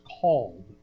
called